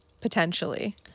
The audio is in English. potentially